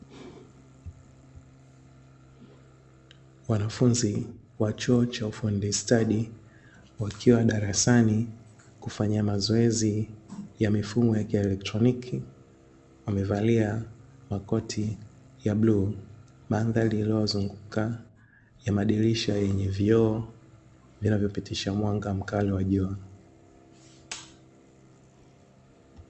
Wanafunzi wa chuo cha ufundi stadi, wakiwa darasani kufanya mazoezi ya mifumo ya kieletroniki, wamevalia makoti ya bluu. Madhari iliyowazunguka ya madirisha yenye vioo, vinavyopitisha mwanga mkali wa jua.